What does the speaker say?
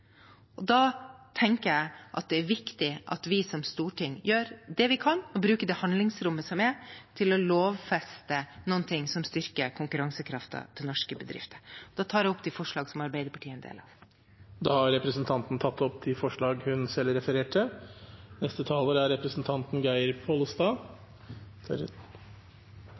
Da tenker jeg det er viktig at vi som storting gjør det vi kan, og bruker det handlingsrommet som er, til å lovfeste noe som styrker konkurransekraften til norske bedrifter. Jeg tar opp det forslaget som Arbeiderpartiet er en del av. Da har representanten Åsunn Lyngedal tatt opp det forslaget hun refererte til. For Senterpartiet er